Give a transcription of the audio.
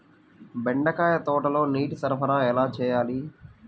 బెండకాయ తోటలో నీటి సరఫరా ఎలా చేయాలి?